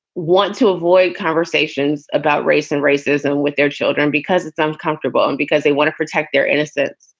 want to avoid conversations about race and racism with their children because it's uncomfortable and because they want to protect their innocence.